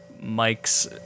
Mike's